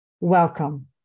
Welcome